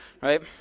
right